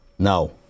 No